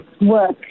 work